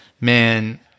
man